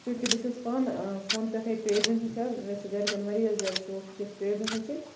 چونکہِ بہٕ چھَس پانہٕ فونہ پیٚٹھے ٹیلرِنٛگ ہیٚچھان مےٚ چھُ گَرٕ کٮ۪ن واریاہ زیادٕ شوق یہِ گَژھِ ٹیلرِنٛگ ہیٚچھٕنۍ